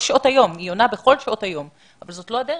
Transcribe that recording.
היא עונה בכל שעות היום אבל זאת לא הדרך.